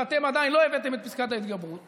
ואתם עדיין לא הבאתם את פסקת ההתגברות